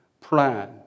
plan